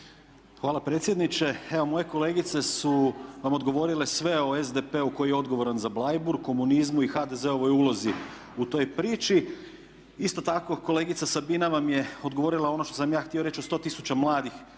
Hvala predsjedniče. Evo moje kolegice su nam odgovorile sve o SDP-u koji je odgovoran za Bleiburg, komunizmu i HDZ-ovoj ulozi u toj priči. Isto tako, kolegica Sabina vam je odgovorila ono što sam ja htio reći o 100 000 mladih